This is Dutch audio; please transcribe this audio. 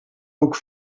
ook